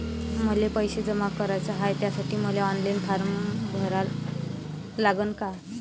मले पैसे जमा कराच हाय, त्यासाठी मले ऑनलाईन फारम भरा लागन का?